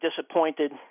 disappointed